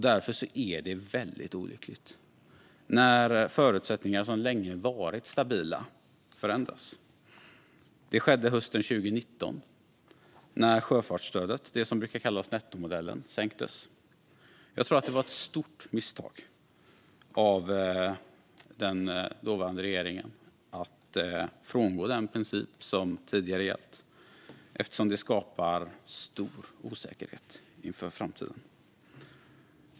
Därför är det väldigt olyckligt när förutsättningar som länge har varit stabila förändras. Detta skedde hösten 2019 när sjöfartsstödet - det som brukar kallas nettomodellen - sänktes. Jag tror att det var ett stort misstag av den dåvarande regeringen att frångå den princip som tidigare gällt, eftersom det skapar stor osäkerhet inför framtiden.